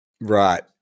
Right